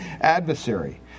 adversary